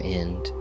end